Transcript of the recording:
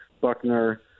Buckner